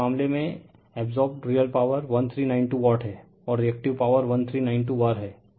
तो इस मामले में अब्सोर्बड रियल पॉवर 1392 वाट है और रिअक्टिव पॉवर 1392वर है